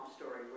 story